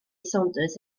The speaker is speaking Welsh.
saunders